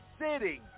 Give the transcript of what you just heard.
sitting